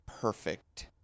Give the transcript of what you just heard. perfect